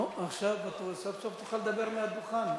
נו, עכשיו סוף-סוף תוכל לדבר מהדוכן.